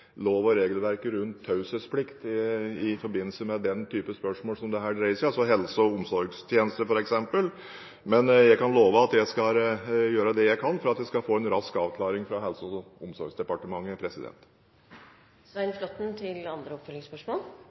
det her dreier seg om, f.eks. helse- og omsorgstjenester, men jeg kan love at jeg skal gjøre det jeg kan for å få en rask avklaring fra Helse- og omsorgsdepartementet.